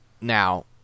Now